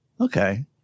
Okay